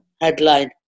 headline